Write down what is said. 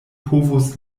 povus